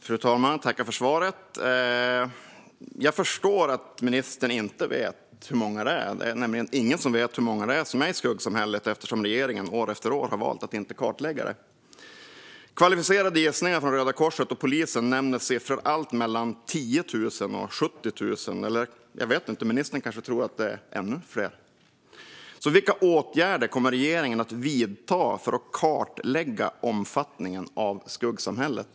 Fru talman! Jag tackar för svaret. Jag förstår att ministern inte vet hur många som finns i skuggsamhället. Det finns ingen som vet hur många som lever i skuggsamhället eftersom regeringen år efter år har valt att inte kartlägga det. Kvalificerade gissningar från Röda Korset och polisen nämner siffror från 10 000 och 70 000. Jag vet inte. Ministern kanske tror att det är ännu fler. Vilka åtgärder kommer regeringen att vidta för att kartlägga omfattningen av skuggsamhället?